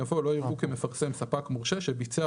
יבוא "לא יראו כמפרסם ספק מורשה שביצע,